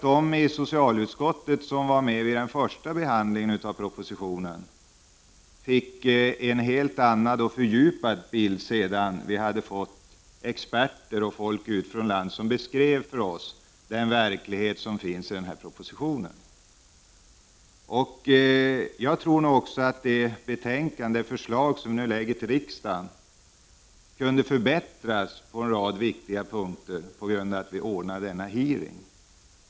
De av socialutskottets ledamöter som var med vid den första behandlingen av propositionen fick en helt annan och fördjupad bild efter att experter och folk utifrån landet hade beskrivit den verklighet som denna proposition handlar om. Det förslag som har lagts fram för riksdagen kunde också förbättras på en rad viktiga punkter på grund av att vi ordnade denna hearing.